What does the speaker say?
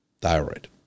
thyroid